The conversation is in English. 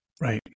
Right